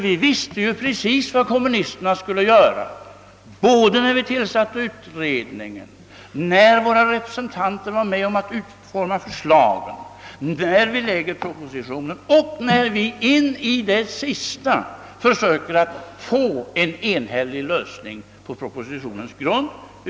Vi visste nämligen precis vad kommunisterna skulle göra, både när vi tillsatte utredningen, när våra representanter medverkade till att utforma förslagen, när vi lade fram propositionen och när vi in i det sista försökte att få till stånd en enhällig lösning på propositionens grund.